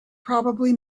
probably